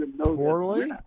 poorly